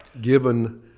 given